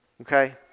okay